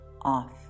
off